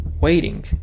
waiting